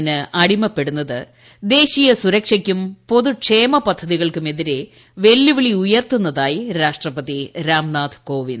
മയക്കു മരുന്നിന് അടിമപ്പെടുന്നത് ദേശീയ സുരക്ഷയ്ക്കും പൊതുക്ഷേമ പദ്ധതികൾക്കും എതിരെ വെല്ലുവിളി ഉയർത്തുന്നതായി രാഷ്ട്രപതി രാംനാഥ് കോവിന്ദ്